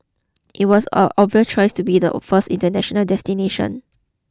it was a obvious choice to be the first international destination